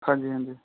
ਹਾਂਜੀ ਹਾਂਜੀ